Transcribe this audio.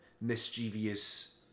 mischievous